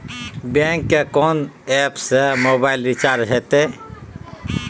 Bank के कोन app से मोबाइल रिचार्ज हेते?